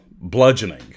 bludgeoning